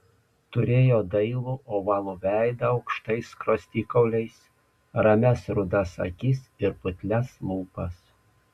turėjo dailų ovalų veidą aukštais skruostikauliais ramias rudas akis ir putlias lūpas